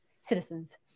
citizens